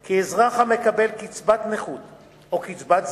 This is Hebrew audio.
כי אזרח המקבל קצבת נכות או קצבת זיקנה,